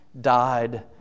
died